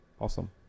awesome